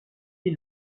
est